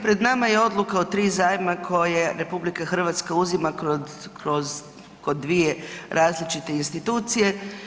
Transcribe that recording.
Pred nama je odluka o 3 zajma koje RH uzima kod 2 različite institucije.